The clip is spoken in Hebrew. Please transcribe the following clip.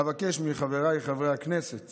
אבקש מחברי הכנסת